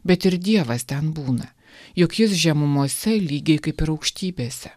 bet ir dievas ten būna juk jis žemumose lygiai kaip ir aukštybėse